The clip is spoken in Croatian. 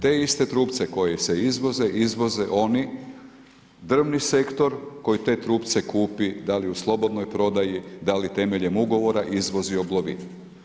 Te iste trupce koji se izvoze, izvoze oni drvni sektor koji te trupce kupi da li u slobodnoj prodaji, da li temeljem ugovora izvozi oblovinu.